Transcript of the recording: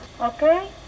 Okay